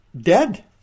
dead